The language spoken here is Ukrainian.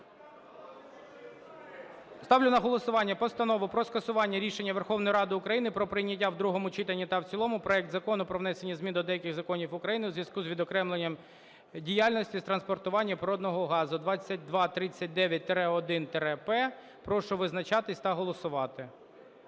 Ставлю на голосування Постанову про скасування рішення Верховної Ради України про прийняття в другому читанні та в цілому проект Закону "Про внесення змін до деяких законів України у зв'язку з відокремленням діяльності з транспортування природного газу" (2239-1-П). Прошу визначатись та голосувати.